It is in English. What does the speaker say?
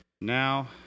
Now